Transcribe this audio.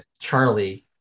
Charlie